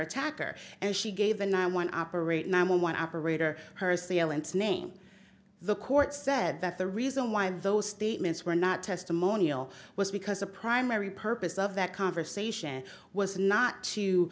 attacker and she gave the nine one operator nine one one operator her sealants name the court said that the reason why those statements were not testimonial was because the primary purpose of that conversation was not to